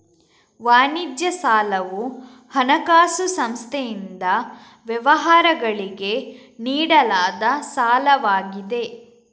ವಾಣಿಜ್ಯ ಸಾಲವು ಹಣಕಾಸು ಸಂಸ್ಥೆಯಿಂದ ವ್ಯವಹಾರಗಳಿಗೆ ನೀಡಲಾದ ಸಾಲವಾಗಿದೆ